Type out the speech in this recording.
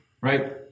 right